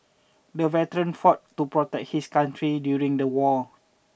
the veteran fought to protect his country during the war